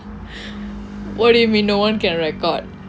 what do you mean no one can record